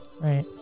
Right